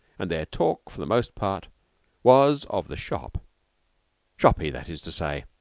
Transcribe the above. and their talk for the most part was of the shop shoppy that is to say,